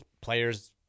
players